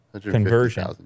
conversion